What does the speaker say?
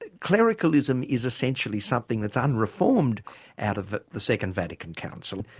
ah clericalism is essentially something that's unreformed out of the second vatican council?